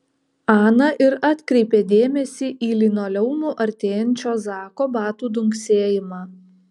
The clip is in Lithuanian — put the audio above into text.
ana ir atkreipė dėmesį į linoleumu artėjančio zako batų dunksėjimą